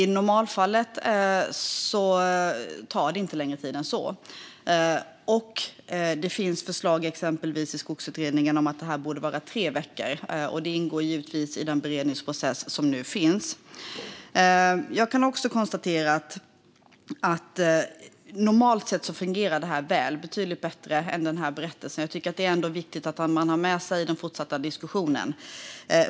I normalfallet tar det inte längre tid än så. I Skogsutredningen finns också förslag om att det borde bli tre veckor i stället, och det ingår givetvis i den beredningsprocess som nu pågår. Jag kan också konstatera att detta normalt sett fungerar väl. Det fungerar betydligt bättre än i den här berättelsen. Det är ändå viktigt att ha med sig detta i den fortsatta diskussionen.